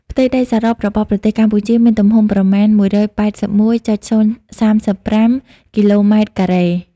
ផ្ទៃដីសរុបរបស់ប្រទេសកម្ពុជាមានទំហំប្រមាណ ១៨១.០៣៥ គីឡូម៉ែត្រការ៉េ។